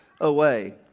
away